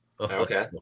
Okay